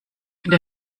der